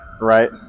Right